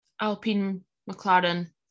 Alpine-McLaren